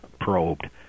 probed